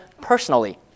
personally